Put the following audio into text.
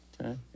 Okay